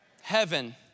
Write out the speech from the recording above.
Heaven